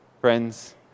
Friends